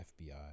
FBI